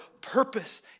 purpose